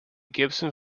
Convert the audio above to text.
gibson